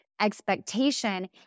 expectation